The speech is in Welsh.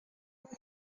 mae